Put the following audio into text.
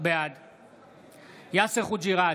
בעד יאסר חוג'יראת,